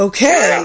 Okay